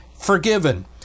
forgiven